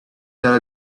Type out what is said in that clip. that